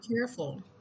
careful